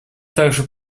также